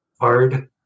hard